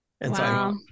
Wow